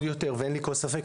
אין לי כל ספק,